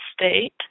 state